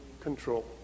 control